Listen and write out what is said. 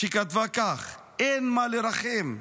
שכתבה כך: "אין מה לרחם,